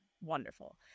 Wonderful